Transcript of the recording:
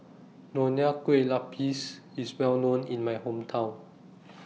Nonya Kueh Lapis IS Well known in My Hometown